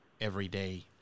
everyday